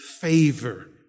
favor